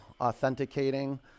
authenticating